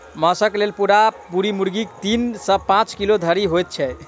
मौसक लेल पूरा पूरी तैयार मुर्गी तीन सॅ पांच किलो धरि होइत छै